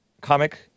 comic